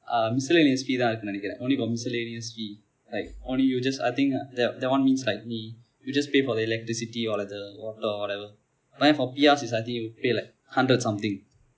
um miscellaneous fee தான் இருக்கு நினைக்கிறேன்:thaan irukkunu ninaikkireen only got miscellaneous fee like only you just I think that that one means like நீ:nii you just pay for the electricity or like the water or whatever but then for P_Rs is I think you pay like hundred something